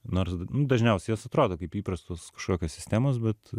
nors dažniausiai jos atrodo kaip įprastos kažkokios sistemos bet